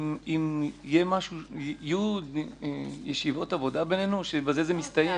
אם יהיו ישיבות עבודה בינינו או שבזה זה מסתיים?